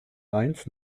eins